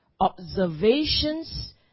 observations